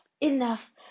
enough